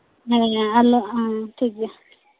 ᱦᱮᱸ ᱟᱞᱚ ᱦᱮᱸ ᱴᱷᱤᱠ ᱜᱮᱭᱟ